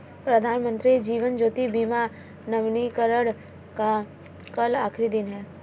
प्रधानमंत्री जीवन ज्योति बीमा नवीनीकरण का कल आखिरी दिन है